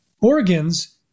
organs